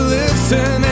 listen